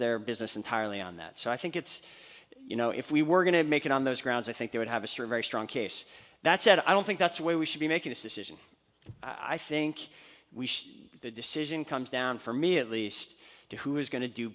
their business entirely on that so i think it's you know if we were going to make it on those grounds i think they would have a survey a strong case that said i don't think that's where we should be making this decision i think we the decision comes down for me at least to who is going to do